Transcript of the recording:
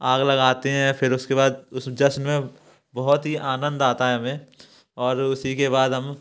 आग लगाते हैं फिर उसके बाद उस जश्न में बहुत ही आनंद आता है हमें और उसी के बाद हम